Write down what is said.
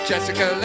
Jessica